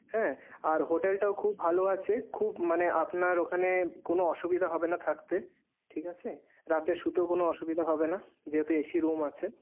হ্যাঁ আর হোটেলটাও খুব ভালো আছে খুব মানে আপনার ওখানে কোনো অসুবিধা হবেনা থাকতে ঠিক আছে রাতে শুতে ও কোনো অসুবিধা হবেনা যেহেতু এসি রুম আছে